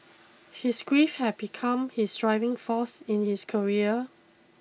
his grief had become his driving force in his career